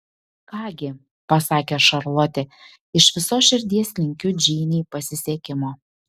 ką gi pasakė šarlotė iš visos širdies linkiu džeinei pasisekimo